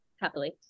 Happily